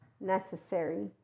necessary